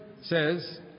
says